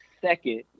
second